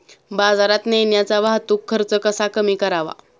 बाजारात नेण्याचा वाहतूक खर्च कसा कमी करावा?